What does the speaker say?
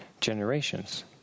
generations